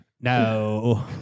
No